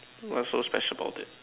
what's so special about it